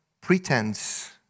pretense